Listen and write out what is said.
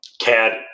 Cad